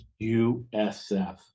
USF